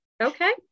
Okay